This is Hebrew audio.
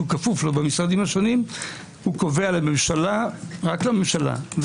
כפוף לו במשרדים השונים קובע לממשלה ולגופיה ורק לממשלה,